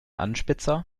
anspitzer